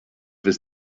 his